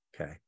Okay